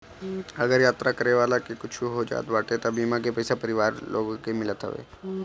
अगर यात्रा करे वाला के कुछु हो जात बाटे तअ बीमा के पईसा परिवार के लोग के मिलत हवे